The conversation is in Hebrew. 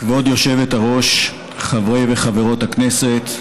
כבוד היושבת-ראש, חברי וחברות הכנסת,